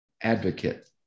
Advocate